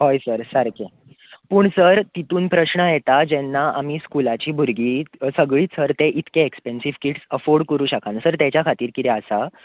हय सर सारकें पूण सर हितून प्रश्न येता जेन्ना आमी स्कुलाची भुरगीं सगळींच सर ते इतले एक्स्पेनसिव किट्स अफोर्ड करूंक शकना सर तेज्या खातीर कितें आसा